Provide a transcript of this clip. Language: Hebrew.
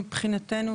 מבחינתנו,